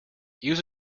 use